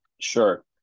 Sure